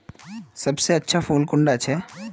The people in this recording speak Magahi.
सबसे अच्छा फुल कुंडा छै?